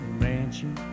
mansion